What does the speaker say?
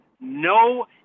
no